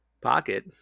pocket